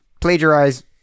plagiarize